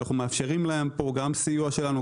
אנחנו מאפשרים להם פה גם סיוע שלנו,